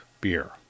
beer